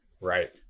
Right